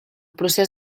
procés